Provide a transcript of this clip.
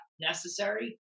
necessary